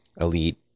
elite